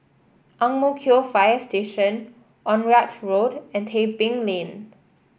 Ang Mo Kio Fire Station Onraet Road and Tebing Lane